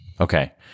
Okay